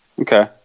Okay